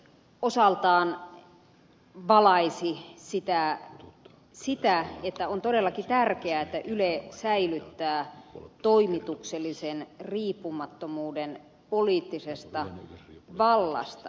se myös osaltaan valaisi sitä että on todellakin tärkeää että yle säilyttää toimituksellisen riippumattomuuden poliittisesta vallasta